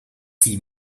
sie